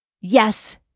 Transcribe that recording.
Yes